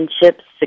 relationships